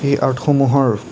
এই আৰ্টসমূহৰ